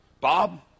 Bob